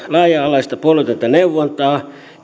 laaja alaista puolueetonta neuvontaa